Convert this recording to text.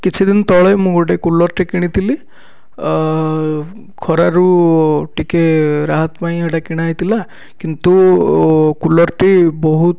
କିଛି ଦିନ ତଳେ ମୁଁ ଗୋଟେ କୁଲରଟେ କିଣିଥିଲି ଖରାରୁ ଟିକେ ରାହତ ପାଇଁ ସେ'ଟା କିଣାହୋଇଥିଲା କିନ୍ତୁ କୁଲରଟି ବହୁ